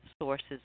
sources